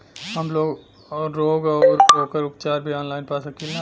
हमलोग रोग अउर ओकर उपचार भी ऑनलाइन पा सकीला?